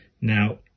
Now